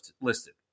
listed